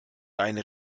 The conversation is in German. deine